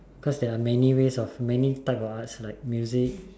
cause there are many ways many types of arts like music